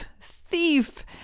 thief